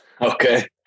Okay